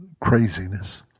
craziness